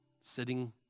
sitting